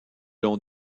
l’on